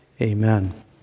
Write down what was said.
Amen